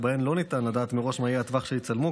שבהן לא ניתן לדעת מראש מה יהיה הטווח שיצלמו,